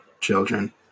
children